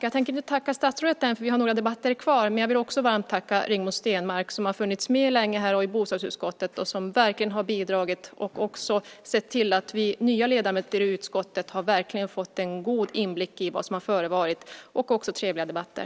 Jag tänker inte tacka statsrådet än, för vi har några debatter kvar, men jag vill också varmt tacka Rigmor Stenmark som har funnits med länge här i bostadsutskottet. Rigmor Stenmark har verkligen bidragit till trevliga debatter och sett till att vi nya ledamöter i utskottet har fått en god inblick i vad som har förevarit. Tack Rigmor!